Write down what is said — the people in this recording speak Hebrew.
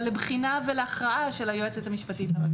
לבחינה ולהכרעה של היועצת המשפטית לממשלה.